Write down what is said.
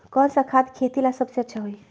कौन सा खाद खेती ला सबसे अच्छा होई?